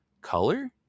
color